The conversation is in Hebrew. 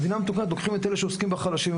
במדינה מתוקנת לוקחים את אלה שעוסקים בחלשים,